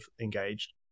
engaged